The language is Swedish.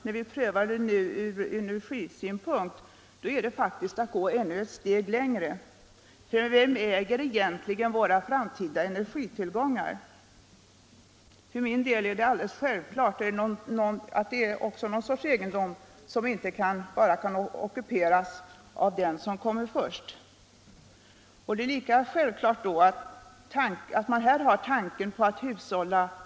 När vi stänger ansökningsmöjligheterna den 30 maj öppnar vi också en praktisk möjlighet för myndigheterna att beta av balansen och inte behöva vänta och se om det mot all förmodan blir några pengar över. För fastighetsägarnas del har det i praktiken inte blivit någon försämring.